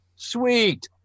Sweet